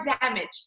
damage